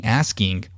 asking